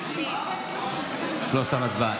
שלושתם להצבעה.